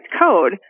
code